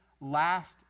last